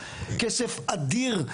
כסף אדיר,